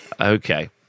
Okay